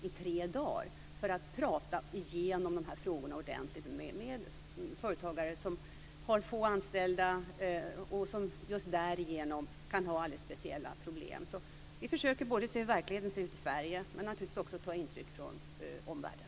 Syftet var att prata igenom de här frågor ordentligt med företagare som har få anställda, och som därigenom kan ha alldeles speciella problem. Vi försöker se hur verkligheten ser ut i Sverige, men vi försöker naturligtvis också ta intryck från omvärlden.